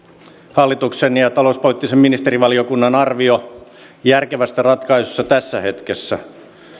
hallituksen ja talouspoliittisen ministerivaliokunnan arvio järkevästä ratkaisusta tässä hetkessä